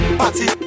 party